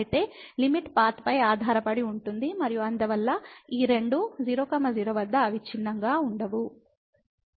కాబట్టి limit path పై ఆధారపడి ఉంటుంది మరియు అందువల్ల ఈ రెండు 0 0 వద్ద అవిచ్ఛిన్నంగా ఉండవు